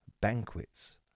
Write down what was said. banquets